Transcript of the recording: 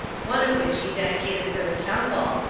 one of which he dedicated for the temple,